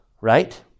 right